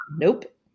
Nope